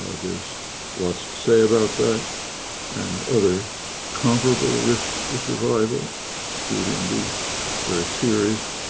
ah there's lots to say about that and other comparable risks to survival including the very serious,